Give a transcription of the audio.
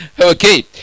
Okay